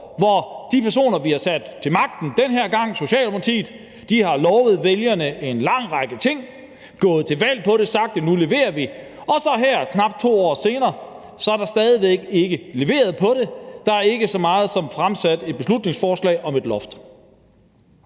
hvor de personer, vi har sat ved magten, denne gang Socialdemokratiet, har lovet vælgerne en lang række ting, er gået til valg på det her og har sagt, at nu leverer vi, og at der så her knap 2 år senere stadig væk ikke er leveret på det. Der er ikke så meget som fremsat et beslutningsforslag om et loft.